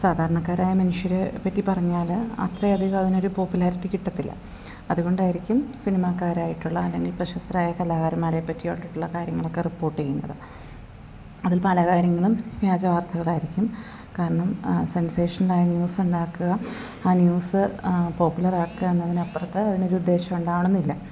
സാധാരണക്കാരായ മനുഷ്യരെ പറ്റി പറഞ്ഞാൽ അത്ര അധികം അതിന് ഒരു പോപ്പുലാരിറ്റി കിട്ടത്തില്ല അതുകൊണ്ടായിരിക്കും സിനിമാക്കാരായിട്ടുള്ള അല്ലെങ്കിൽ പ്രശസ്തരായ കലാകാരന്മാരെ പറ്റിയിട്ടുള്ള കാര്യങ്ങളൊക്ക റിപ്പോർട്ട് ചെയ്യുന്നത് അതിൽ പല കാര്യങ്ങളും വ്യാജ വാർത്തകൾ ആയിരിക്കും കാരണം സെൻസേഷനലായ ന്യൂസ് ഉണ്ടാക്കുക ആ ന്യൂസ് പോപ്പുലർ ആക്കുക എന്നതിന് അപ്പുറത്ത് അതിന് ഒരു ഉദ്ദേശം ഉണ്ടാവണമെന്നില്ല